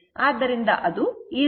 ಆದ್ದರಿಂದ ಅದು ಈ ರೀತಿ ಇರುತ್ತದೆ